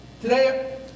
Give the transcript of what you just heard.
Today